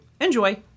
Enjoy